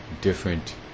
different